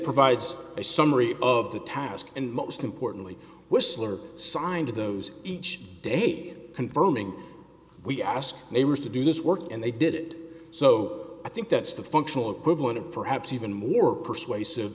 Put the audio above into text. provides a summary of the task and most importantly whistler signed those each day confirming we ask neighbors to do this work and they did so i think that's the functional equivalent of perhaps even more persuasive